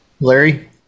Larry